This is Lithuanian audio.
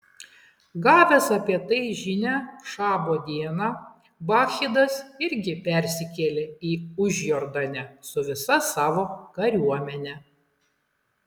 gavęs apie tai žinią šabo dieną bakchidas irgi persikėlė į užjordanę su visa savo kariuomene